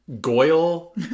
Goyle